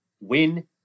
Win